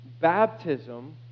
Baptism